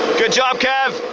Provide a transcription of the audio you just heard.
good job, kev.